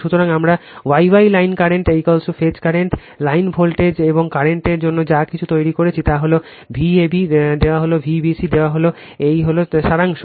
সুতরাং আমরা Y Y line current phase current line voltage এবং কারেন্টের জন্য যা কিছু তৈরি করেছি তা হল Vab দেওয়া হল Vbc দেওয়া হল এই হল সারাংশ